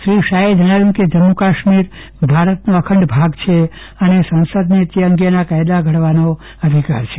શ્રી શાહે જણાવ્યું કે જમ્મુકાશ્મીર ભારતનો અખંડ ભાગ છે અને સંસદને તે અંગેના કાયદા ઘડવાનો અધિકાર છે